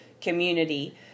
community